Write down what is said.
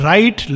Right